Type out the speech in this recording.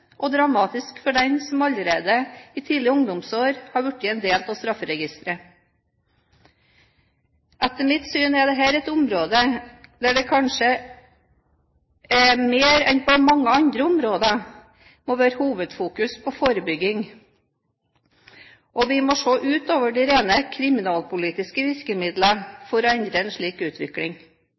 og dramatisk for den som allerede i tidlige ungdomsår har blitt en del av strafferegisteret. Etter mitt syn er dette et område der det kanskje mer enn på mange andre områder må være et hovedfokus på forebygging. Vi må se utover de rene kriminalpolitiske virkemidlene for å endre en slik utvikling.